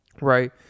Right